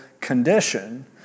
condition